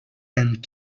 and